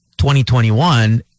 2021